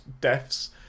deaths